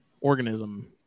organism